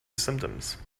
symptoms